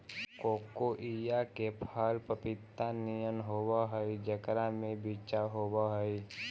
कोकोइआ के फल पपीता नियन होब हई जेकरा में बिच्चा होब हई